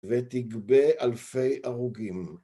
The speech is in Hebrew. ותגבה אלפי הרוגים.